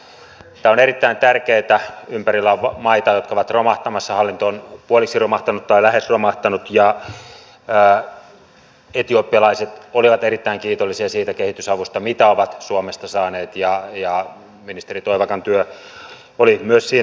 tämä on erittäin tärkeätä ympärillä on maita jotka ovat romahtamassa hallinto on puoliksi romahtanut tai lähes romahtanut ja etiopialaiset olivat erittäin kiitollisia siitä kehitysavusta mitä ovat suomesta saaneet ja ministeri toivakan työ oli myös siinä esillä